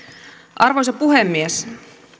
arvoisa puhemies